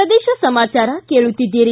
ಪ್ರದೇಶ ಸಮಾಚಾರ ಕೇಳುತ್ತಿದ್ದೀರಿ